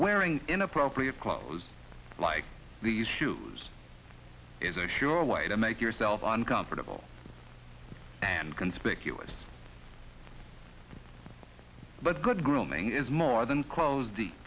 wearing inappropriate clothes like these shoes is a sure way to make yourself on comfortable and conspicuous but good grooming is more than clothes the